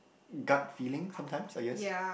gut feeling sometimes I guess